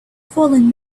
fallen